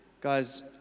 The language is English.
guys